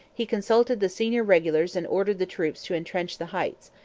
he consulted the senior regulars and ordered the troops to entrench the heights,